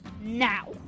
now